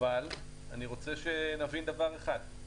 אבל אני רוצה שנבין דבר אחד: